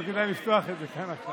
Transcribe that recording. לא כדאי לפתוח את זה עכשיו.